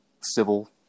civil